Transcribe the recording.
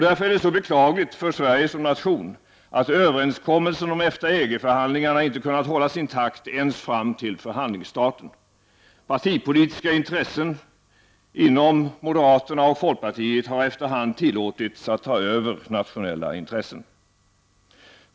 Därför är det så beklagligt för Sverige som nation att överenskommelsen om EFTA-EG-förhandlingarna inte kunnat hållas intakt ens fram till förhandlingsstarten. Partipolitiska intressen inom moderaterna och folkpartiet har efter hand tillåtits att ta över nationella intressen.